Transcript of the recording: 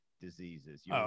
diseases